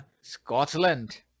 Scotland